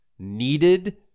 Needed